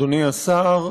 אדוני השר,